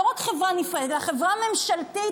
לא רק חברה נפרדת אלא חברה ממשלתית,